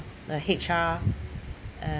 the H_R uh